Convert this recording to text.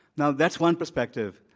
now, that's one perspective.